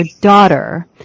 daughter